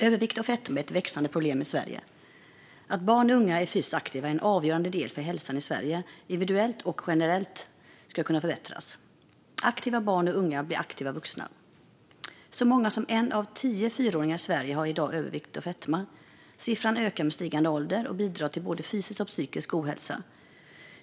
Övervikt och fetma är ett växande problem i Sverige. Att barn och unga är fysiskt aktiva är en avgörande del för att hälsan i Sverige individuellt och generellt skulle kunna förbättras. Aktiva barn och unga blir aktiva vuxna. Så många som en av tio fyraåringar i Sverige har i dag övervikt och fetma. Siffran ökar med stigande ålder och bidrar till både fysisk och psykisk ohälsa.